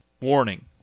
Warning